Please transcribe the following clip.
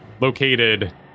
located